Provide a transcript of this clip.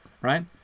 right